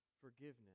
forgiveness